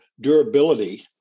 durability